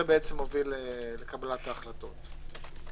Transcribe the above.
זה הוביל לקבלת ההחלטות.